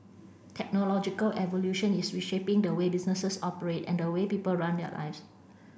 technological evolution is reshaping the way businesses operate and the way people run their lives